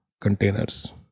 containers